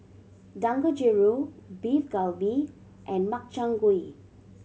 Dangojiru Beef Galbi and Makchang Gui